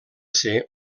ser